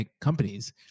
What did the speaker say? companies